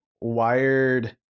Wired